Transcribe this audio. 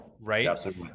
right